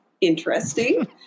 interesting